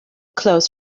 close